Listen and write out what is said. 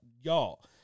Y'all